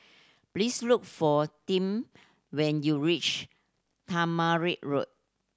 please look for Tim when you reach Tamarind Road